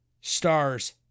Stars